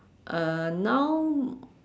uh now